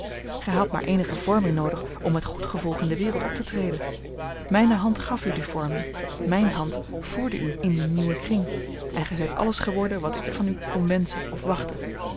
gij hadt maar eenige vorming noodig om met goed gevolg in de wereld op te treden mijne hand gaf u die vorming mijne hand voerde u in dien nieuwen kring en gij zijt alles geworden wat ik van u kon wenschen of wachten